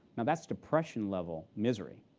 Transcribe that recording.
that's depression-level misery.